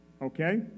Okay